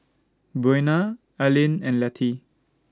Buena Arleen and Letty